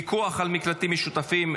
פיקוח על מקלטים משותפים),